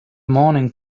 morning